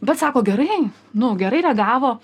bet sako gerai nu gerai reagavo